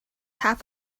half